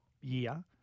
year